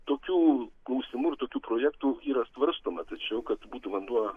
tokių klausimų ir tokių projektų yra svarstoma tačiau kad būtų vanduo